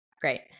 great